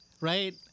Right